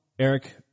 Eric